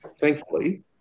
Thankfully